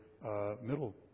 Middle